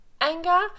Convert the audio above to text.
anger